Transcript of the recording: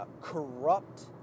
corrupt